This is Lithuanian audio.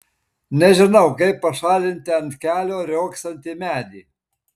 nežinau kaip pašalinti ant kelio riogsantį medį